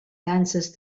danses